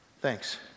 Thanks